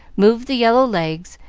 moved the yellow legs,